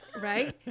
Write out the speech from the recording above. Right